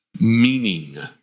meaning